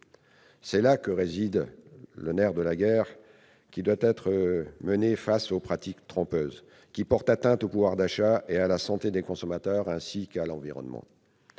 C'est là que réside le nerf de la guerre qui doit être menée contre les pratiques trompeuses, lesquelles portent atteinte au pouvoir d'achat, à la santé des consommateurs et à l'environnement.